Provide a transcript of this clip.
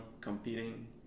competing